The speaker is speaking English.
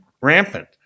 rampant